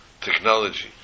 technology